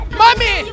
mommy